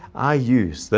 i use.